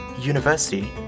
university